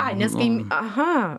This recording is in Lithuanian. ai nes kaimy aha